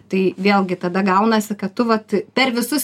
tai vėlgi tada gaunasi kad tu vat per visus